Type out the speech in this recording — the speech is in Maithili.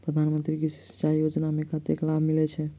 प्रधान मंत्री कृषि सिंचाई योजना मे कतेक लाभ मिलय छै?